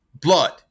blood